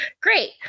Great